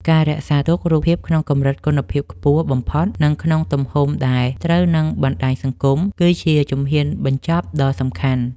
ការរក្សាទុក រូបភាពក្នុងកម្រិតគុណភាពខ្ពស់បំផុត និងក្នុងទំហំដែលត្រូវនឹងបណ្ដាញសង្គម គឺជាជំហ៊ានបញ្ចប់ដ៏សំខាន់។